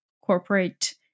corporate